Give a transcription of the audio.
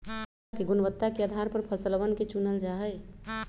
मृदा के गुणवत्ता के आधार पर फसलवन के चूनल जा जाहई